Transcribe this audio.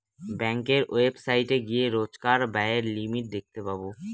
ব্যাঙ্কের ওয়েবসাইটে গিয়ে রোজকার ব্যায়ের লিমিট দেখতে পাবো